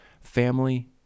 family